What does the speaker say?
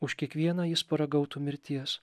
už kiekvieną jis paragautų mirties